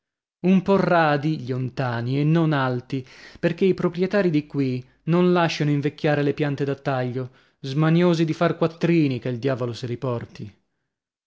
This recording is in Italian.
un po radi gli ontàni e non alti perchè i proprietarii di qui non lasciano invecchiare le piante da taglio smaniosi di far quattrini che il diavolo se li porti